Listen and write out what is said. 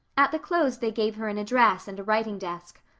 at the close they gave her an address and a writing desk.